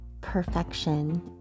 perfection